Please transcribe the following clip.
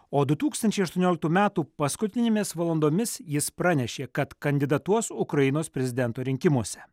o du tūkstančiai aštuonioliktų metų paskutinėmis valandomis jis pranešė kad kandidatuos ukrainos prezidento rinkimuose